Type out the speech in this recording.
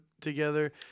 together